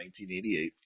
1988